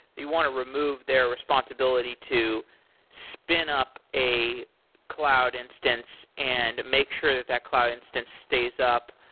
you want to remove their responsibility to spin up a cloud instance and make sure that that cloud instance stays up,